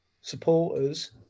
supporters